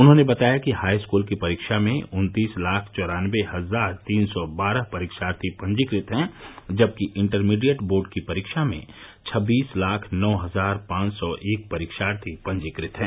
उन्होंने बताया कि हाईस्कूल की परीक्षा में उन्तीस लाख चौरान्नबे हजार तीन सौ बारह परीक्षार्थी पंजीकृत है जबकि इंटरमीडिएट बोर्ड की परीक्षा में छब्बीस लाख नौ हजार पांच सौ एक परीक्षार्थी पंजीकृत है